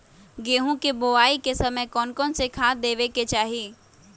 गेंहू के बोआई के समय कौन कौन से खाद देवे के चाही?